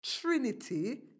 Trinity